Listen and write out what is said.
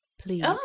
Please